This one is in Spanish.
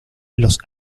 los